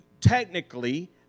technically